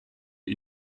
you